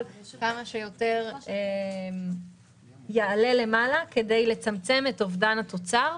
כמה שיותר יעלה למעלה כדי לצמצם את אובדן התוצר.